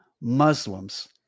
Muslims